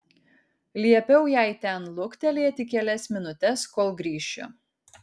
liepiau jai ten luktelėti kelias minutes kol grįšiu